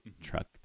truck